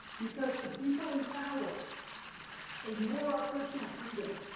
because the people in power ignore our personal freedom,